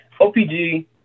OPG